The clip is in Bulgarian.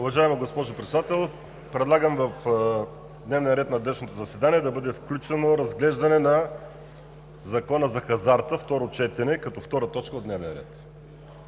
Уважаема госпожо Председател, предлагам в дневния ред на днешното заседание да бъде включено разглеждане на Закона за хазарта – второ четене, като втора точка от дневния ред.